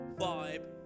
vibe